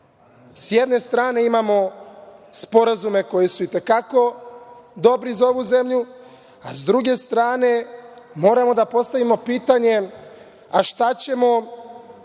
Sa jedne strane imamo sporazume koji su i te kako dobri za ovu zemlju, a sa druge strane moramo da postavimo pitanje – šta ćemo